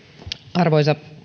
arvoisa